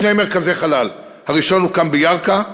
שני מרכזי חלל: הראשון הוקם בירכא,